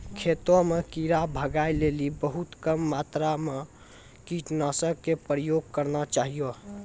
खेतों म कीड़ा भगाय लेली बहुत कम मात्रा मॅ कीटनाशक के उपयोग करना चाहियो